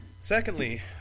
secondly